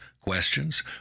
questions